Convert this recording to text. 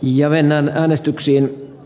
jo ennen aines tyksin